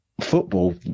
football